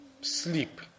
sleep